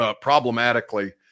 problematically –